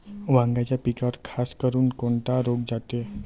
वांग्याच्या पिकावर खासकरुन कोनचा रोग जाते?